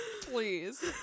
Please